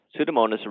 pseudomonas